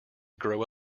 grow